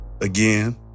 Again